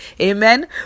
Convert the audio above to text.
Amen